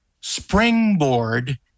springboard